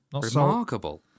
Remarkable